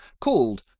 called